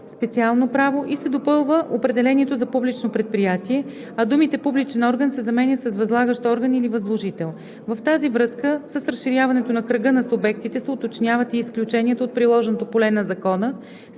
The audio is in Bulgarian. „специално право“ и се допълва определението за „публично предприятие“, а думите „публичен орган“ се заменят с „възлагащ орган или възложител“. Във връзка с разширяването на кръга на субектите се уточняват и изключенията от приложното поле на Закона